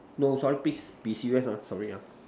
no sorry please be serious ah sorry ah